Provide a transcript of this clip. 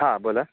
हां बोला